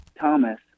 Thomas